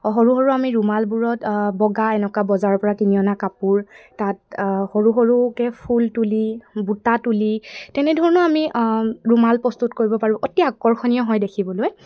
সৰু সৰু আমি ৰুমালবোৰত বগা এনেকুৱা বজাৰৰ পৰা কিনি অনা কাপোৰ তাত সৰু সৰুকৈ ফুল তুলি বুটা তুলি তেনেধৰণৰ আমি ৰুমাল প্ৰস্তুত কৰিব পাৰোঁ অতি আকৰ্ষণীয় হয় দেখিবলৈ